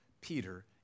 Peter